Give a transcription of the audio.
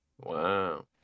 Wow